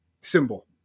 symbol